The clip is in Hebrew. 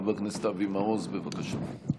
חבר הכנסת אבי מעוז, בבקשה.